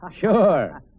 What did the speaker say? Sure